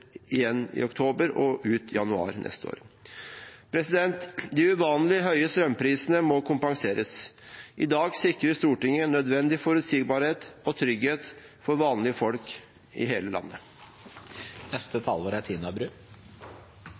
i oktober og varer ut januar neste år. De uvanlig høye strømprisene må kompenseres. I dag sikrer Stortinget nødvendig forutsigbarhet og trygghet for vanlige folk i hele landet. Høyre støtter at vi forlenger denne strømstøtteordningen. Det er